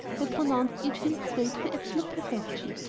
were pronounced each in its way to be absolute perfection.